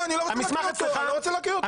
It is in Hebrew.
לא, אני לא רוצה להקריא אותו.